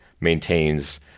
maintains